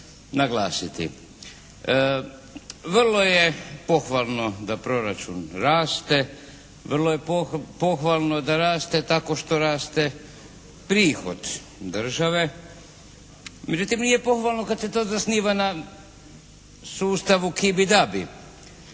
naglasiti. Vrlo je pohvalno da proračun raste, vrlo je pohvalno da raste tako što raste prihod države. Međutim nije pohvalno kad se to zasniva na sustavu ki bi da bi,